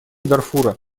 дарфура